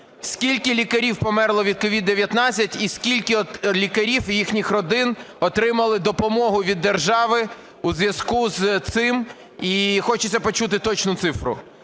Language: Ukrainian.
Скільки лікарів померло від COVID-19 і скільки лікарів і їхніх родин отримали допомогу від держави у зв'язку з цим? І хочеться почути точну цифру.